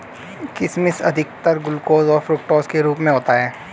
किशमिश अधिकतर ग्लूकोस और फ़्रूक्टोस के रूप में होता है